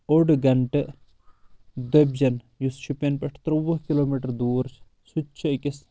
اوٚڑ گنٹہٕ دۄبۍجٮ۪ن یُس شُپین پٮ۪ٹھ تروٚوُہ کلو میٹر دور سُہ تہِ چھُ أکِس